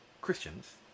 Christians